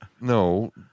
No